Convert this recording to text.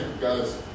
guys